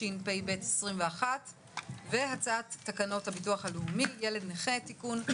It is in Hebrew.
התשפ"ב-2021; והצעת תקנות הביטוח הלאומי (ילד נכה) (תיקון),